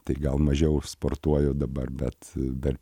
tai gal mažiau sportuoju dabar bet dar